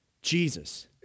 Jesus